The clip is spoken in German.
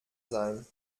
sein